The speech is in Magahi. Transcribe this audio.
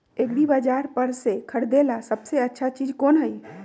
एग्रिबाजार पर से खरीदे ला सबसे अच्छा चीज कोन हई?